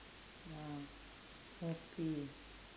ya copy